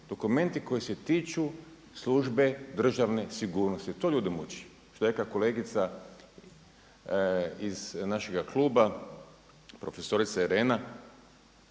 Dokumenti koji se tiču službe državne sigurnosti, to ljude muči. Što rekla kolegica iz našega kluba, prof. Irena,